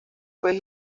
pez